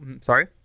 Sorry